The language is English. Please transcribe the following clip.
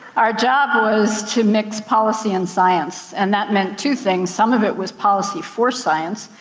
our job was to mix policy and science. and that meant two things, some of it was policy for science,